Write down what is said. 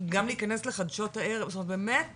גם להיכנס לחדשות הערב, זאת אומרת, באמת